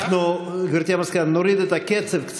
גברתי המזכירה, נוריד קצת את הקצב.